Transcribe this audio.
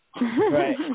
Right